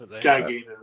gagging